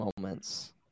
moments